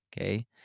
Okay